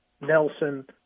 Nelson